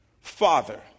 Father